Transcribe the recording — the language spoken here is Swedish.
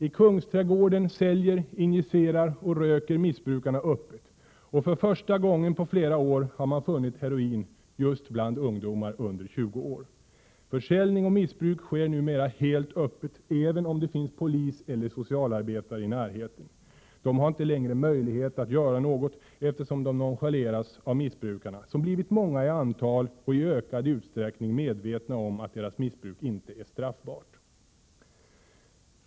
I Kungsträdgården säljer, injicerar och röker missbrukarna öppet, och för första gången på flera år har man funnit heroin bland ungdomar under 20 år. Försäljning och missbruk sker numera helt öppet, även om det finns polis eller socialarbetare i närheten. De har inte längre möjlighet att göra något, eftersom de nonchaleras av missbrukarna, som blivit många i antal och i ökad utsträckning medvetna om att deras missbruk inte är straffbart.